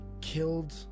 killed